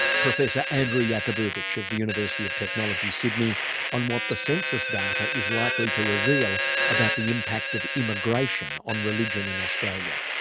professor andrew jakubowicz of the university of technology sydney on what the census data is likely to reveal about the impact of immigration on religion in australia.